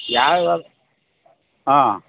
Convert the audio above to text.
ಯಾವ್ಯಾವ ಹಾಂ